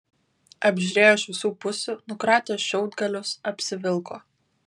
apžiūrėjo iš visų pusių nukratė šiaudgalius apsivilko